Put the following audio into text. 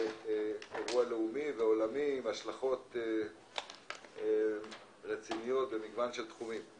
מדובר באירוע לאומי ועולמי עם השלכות רציניות במגוון של תחומים.